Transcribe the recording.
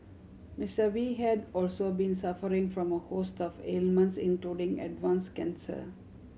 Mister Wee had also been suffering from a host of ailments including advance cancer